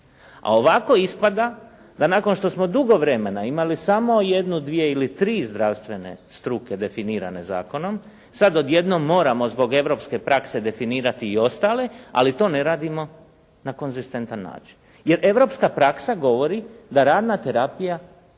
A ovako ispada da nakon što smo dugo vremena imali samo jednu, dvije ili tri zdravstvene struke definirane zakonom, sad odjednom moramo zbog europske prakse definirati i ostale, ali to ne radimo na konzistentan način, jer europska praksa govori da radna terapija